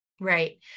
Right